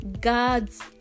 God's